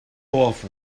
off